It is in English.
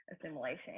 assimilation